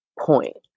point